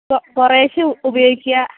കുറേശ്ശേ ഉപയോഗിക്കുക